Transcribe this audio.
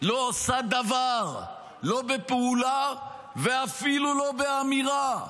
לא עושה דבר, לא בפעולה ואפילו לא באמירה.